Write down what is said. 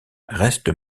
reste